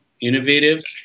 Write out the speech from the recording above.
Innovative